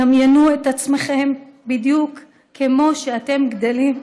דמיינו את עצמכם בדיוק כמו שאתם גדלים,